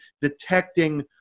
detecting